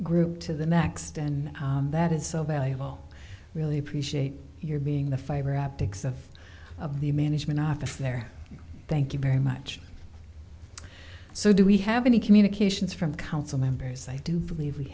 group to the next and that is so valuable really appreciate your being the fiber optics of of the management office there thank you very much so do we have any communications from the council members i do believe we